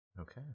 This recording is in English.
Okay